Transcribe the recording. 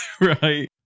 Right